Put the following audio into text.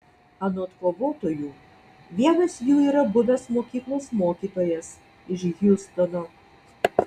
anot kovotojų vienas jų yra buvęs mokyklos mokytojas iš hjustono